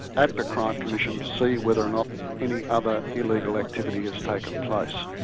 at the crime commission, to see whether or not any other illegal activity has taken place.